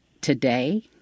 today